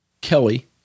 Kelly